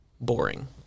boring